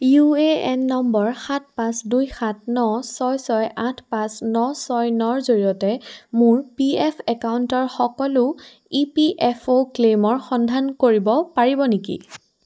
U A N নম্বৰ সাত পাঁচ দুই সাত ন ছয় ছয় আঠ পাঁচ ন ছয় নৰ জৰিয়তে মোৰ পি এফ একাউণ্টৰ সকলো ই পি এফ অ' ক্লেইমৰ সন্ধান কৰিব পাৰিব নেকি